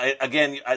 again